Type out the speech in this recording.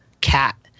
cat